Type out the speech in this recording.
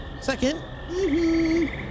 Second